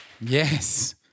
Yes